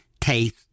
taste